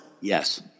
Yes